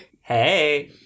Hey